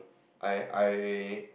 I I